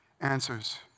answers